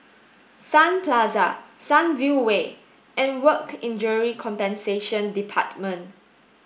Sun Plaza Sunview Way and Work Injury Compensation Department